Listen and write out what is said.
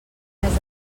més